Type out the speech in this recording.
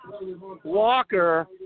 Walker